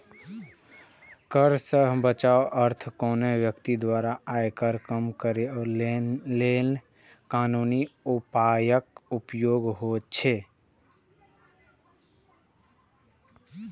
कर सं बचावक अर्थ कोनो व्यक्ति द्वारा आयकर कम करै लेल कानूनी उपायक उपयोग होइ छै